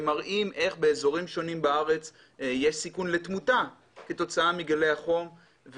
שמראים איך באזורים שונים בארץ יש סיכון לתמותה כתוצאה מגלי החום.